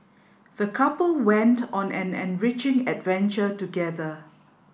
the couple went on an enriching adventure together